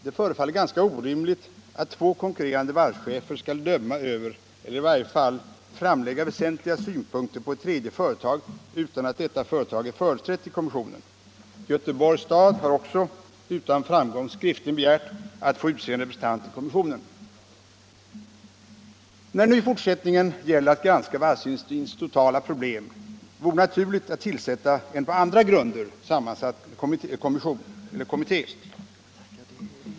Det förefaller ganska orimligt att två konkurrerande varvschefer skall döma över eller i varje fall framlägga väsentliga synpunkter på ett tredje företag utan att detta företag är företrätt i kommissionen. Göteborgs stad har också utan framgång skriftligen begärt att få utse en representant i kommissionen. När det nu i fortsättningen gäller att granska varvsindustrins totala problem vore det naturligt att tillsätta en på andra grunder sammansatt kommitté.